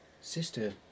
sister